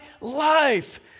life